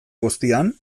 guztian